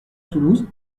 toulouse